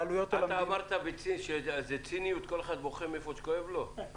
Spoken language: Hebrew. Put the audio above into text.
אתה אמרת מקודם שכל אחד בוכה מאיפה שכואב לו ודיברת על ציניות.